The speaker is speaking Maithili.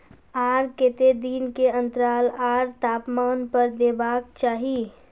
आर केते दिन के अन्तराल आर तापमान पर देबाक चाही?